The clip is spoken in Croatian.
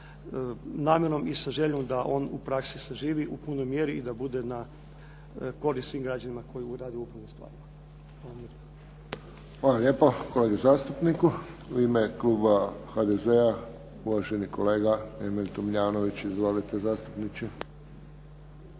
namjerom i sa željom da on u praksi saživi u punoj mjeri i da bude na korist svim građanima koji rade u upravnim stvarima. Hvala lijepo. **Friščić, Josip (HSS)** Hvala lijepo kolegi zastupniku. U ime kluba HDZ-a, uvaženi kolega Emil Tomljanović. Izvolite zastupniče.